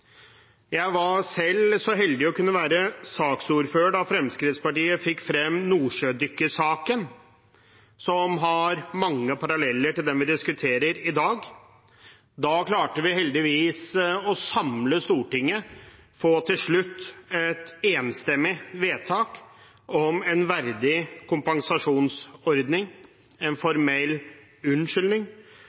Jeg var selv så heldig å være saksordfører da Fremskrittspartiet fikk frem nordsjødykkersaken, som har mange paralleller til den saken vi diskuterer i dag. Da klarte vi heldigvis til slutt å samle Stortinget om et enstemmig vedtak om en verdig kompensasjonsordning og en formell unnskyldning,